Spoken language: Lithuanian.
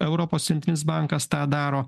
europos centrinis bankas tą daro